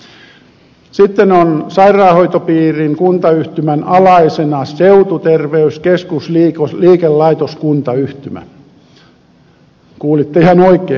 sitten on sairaanhoitopiirin kuntayhtymän alaisena seututerveyskeskusliikelaitoskuntayhtymä kuulitte ihan oikein